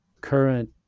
current